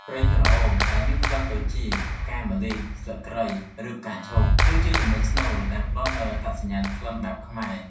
ប្រេងក្រអូប ដែលមានក្លិនដូចជា ផ្កាម្លិះ ស្លឹកគ្រៃ ឬផ្កាឈូក គឺជាចំណុចស្នូលដែលផ្ដល់នូវអត្តសញ្ញាណក្លិនបែបខ្មែរ។